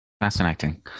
Fascinating